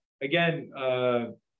again